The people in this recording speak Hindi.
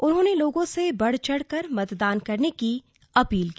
उन्होंने लोगों से बढ़ चढ़कर मतदान करने की अपील की